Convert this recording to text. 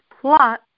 plot